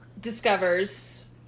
discovers